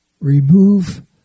Remove